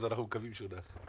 אז אנחנו מקווים שהוא נח.